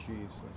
Jesus